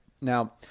Now